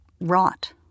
rot